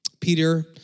Peter